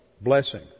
Blessing